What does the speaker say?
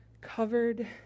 covered